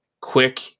quick